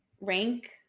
rank